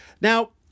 Now